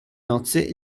nozze